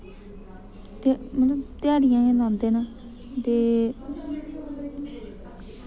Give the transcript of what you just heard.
ते मतलब धयाड़ियां गै लांदे न ते